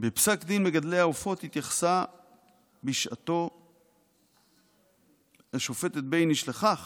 בפסק דין מגדלי העופות התייחסה בשעתו השופטת בייניש לכך